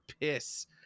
piss